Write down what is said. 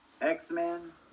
x-men